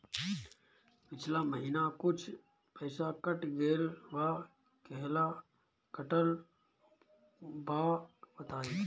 पिछला महीना कुछ पइसा कट गेल बा कहेला कटल बा बताईं?